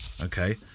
Okay